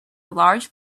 large